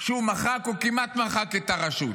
שהוא מחק או כמעט מחק את הרשות,